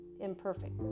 imperfect